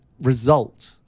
result